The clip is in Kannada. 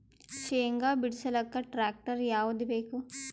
ಶೇಂಗಾ ಬಿಡಸಲಕ್ಕ ಟ್ಟ್ರ್ಯಾಕ್ಟರ್ ಯಾವದ ಬೇಕು?